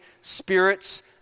spirits